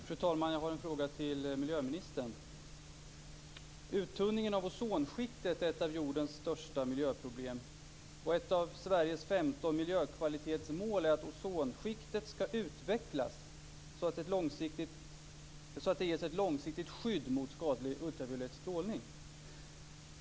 Fru talman! Jag har en fråga till miljöministern. Uttunningen av ozonskiktet är ett av jordens största miljöproblem. Ett av Sveriges 15 miljökvalitetsmål är att ozonskiktet ska utvecklas så att det ger ett långsiktigt skydd mot skadlig ultraviolett strålning.